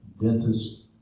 dentist